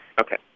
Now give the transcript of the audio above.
Okay